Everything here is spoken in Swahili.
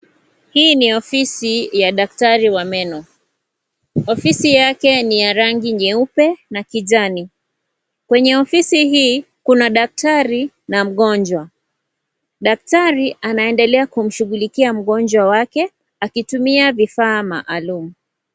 Hili ni ofisi ya daktari wa meno ofisi yake ni ya rangi nyeupe na kijani. Kwenye ofisi hii kuna daktari na mgonjwa , daktari anaendelea kumshughulikia mgonjwa wake akitumia vifaa maalum.